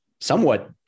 somewhat